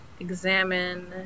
examine